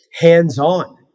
hands-on